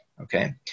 Okay